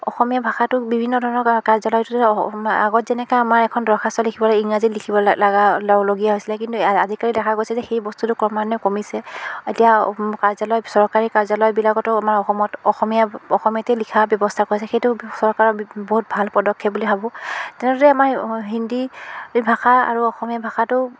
অসমীয়া ভাষাটোক বিভিন্ন ধৰণৰ কাৰ্যালয়টোতে আগত যেনেকৈ আমাৰ এখন দৰখাস্ত লিখিবলৈ ইংৰাজীত লিখিব লা লাগা লগ লগীয়া হৈছিলে কিন্তু আজিকালি দেখা গৈছে যে সেই বস্তুটো ক্ৰমান্বয়ে কমিছে এতিয়া কাৰ্যালয়ৰ চৰকাৰী কাৰ্যালয়বিলাকতো আমাৰ অসমত অসমীয়া অসমীয়াতেই লিখা ব্যৱস্থা কৰা হৈছে সেইটো চৰকাৰৰ বহুত ভাল পদক্ষেপ বুলি ভাবোঁ তেনেদৰে আমাৰ হিন্দী ভাষা আৰু অসমীয়া ভাষাটো